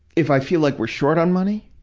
if i feel like we're short on money,